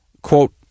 Quote